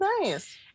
Nice